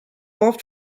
have